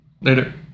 later